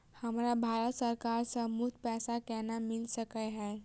हमरा भारत सरकार सँ मुफ्त पैसा केना मिल सकै है?